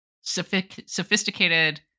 sophisticated